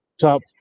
top